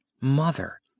Mother